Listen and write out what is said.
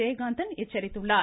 ஜெயகாந்தன் எச்சரித்துள்ளார்